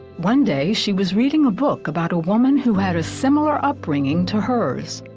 one day she was reading a book about a woman who had a similar upbringing to hers.